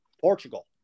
Portugal